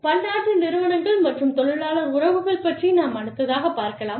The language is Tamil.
பன்னாட்டு நிறுவனங்கள் மற்றும் தொழிலாளர் உறவுகள் பற்றி நாம் அடுத்ததாகப் பார்க்கலாம்